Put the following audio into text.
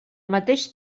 mateix